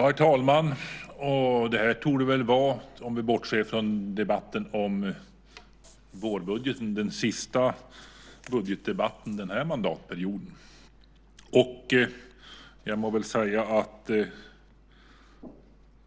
Herr talman! Det här torde vara, om vi bortser från debatten om vårbudgeten, den sista budgetdebatten den här mandatperioden. Jag må väl säga att